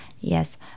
Yes